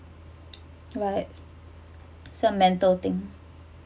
right so mental things